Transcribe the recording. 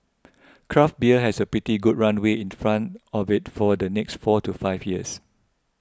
craft beer has a pretty good runway in front of it for the next four to five years